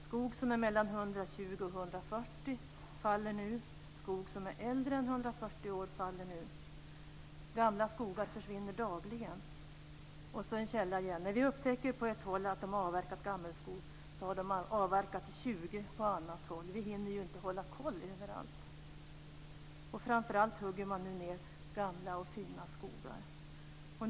Skog som är mellan 120 och 140 år faller nu. Skog som är äldre än 140 år faller nu. Gamla skogar försvinner dagligen. En annan källa säger: När vi på ett håll upptäcker att de har avverkat gammelskog har de avverkat på 20 andra håll. Vi hinner ju inte hålla koll överallt. Framför allt hugger man nu ned gamla och fina skogar.